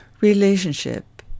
Relationship